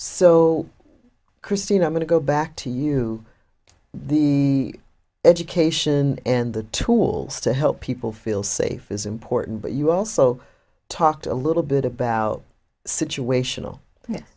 so christine i'm going to go back to you the education and the tools to help people feel safe is important but you also talked a little bit about situational